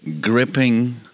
gripping